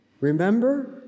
Remember